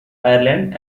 ireland